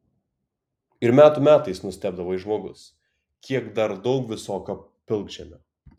ir metų metais nustebdavai žmogus kiek dar daug visokio pilkžemio